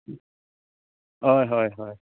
हय हय हय